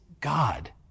God